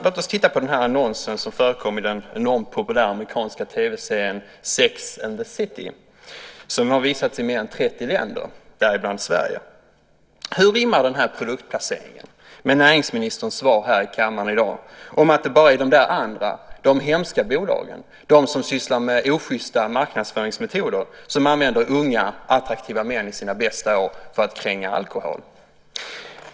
Låt oss titta på en annons som jag visar upp och som förekom i den enormt populära amerikanska TV-serien Sex and the city, som har visats i mer än 30 länder, däribland Sverige. Hur rimmar den här produktplaceringen med näringsministerns svar i kammaren i dag om att det bara är de andra, de hemska bolagen, de som sysslar med oschysta marknadsföringsmetoder som använder unga attraktiva män i sina bästa år för att kränga alkohol?